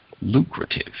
lucrative